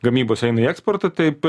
gamybos eina į eksporto taip